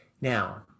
Now